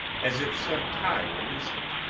as if some tie were loosened,